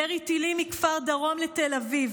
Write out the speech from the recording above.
ירי טילים מכפר דרום לתל אביב,